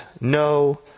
no